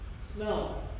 smell